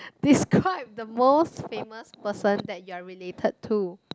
describe the most famous person that you are related to